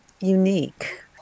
unique